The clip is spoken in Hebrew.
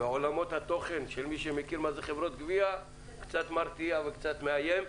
בעולמות התוכן של מי שמכיר, זה קצת מרתיע ומאיים.